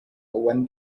when